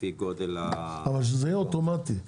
לפי גודל --- אבל שזה יהיה אוטומטי,